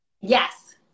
Yes